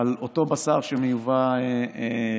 על אותו בשר שמיובא לישראל.